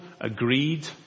agreed